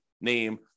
name